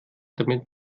damit